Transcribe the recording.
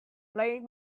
playing